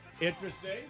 Interesting